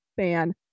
fan